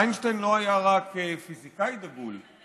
איינשטיין לא היה רק פיזיקאי דגול,